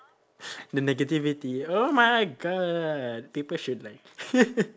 the negativity oh my god people should like